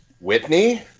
Whitney